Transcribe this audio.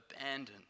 abandoned